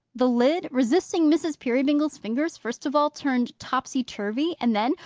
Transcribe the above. the lid, resisting mrs. peerybingle's fingers, first of all turned topsy-turvy, and then,